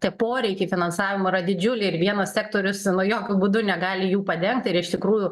tie poreikiai finansavimo yra didžiuliai ir vienas sektorius nu jokiu būdu negali jų padengt ir iš tikrųjų